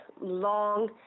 long